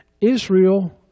Israel